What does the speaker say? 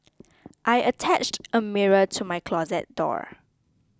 I attached a mirror to my closet door